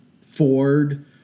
Ford